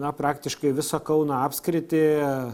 na praktiškai visą kauno apskritį